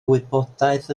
wybodaeth